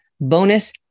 bonus